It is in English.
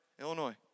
Illinois